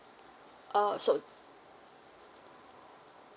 oh so